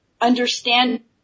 understand